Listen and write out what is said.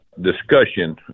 discussion